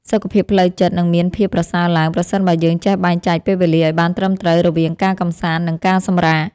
សុខភាពផ្លូវចិត្តនឹងមានភាពប្រសើរឡើងប្រសិនបើយើងចេះបែងចែកពេលវេលាឱ្យបានត្រឹមត្រូវរវាងការកម្សាន្តនិងការសម្រាក។